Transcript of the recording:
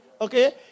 okay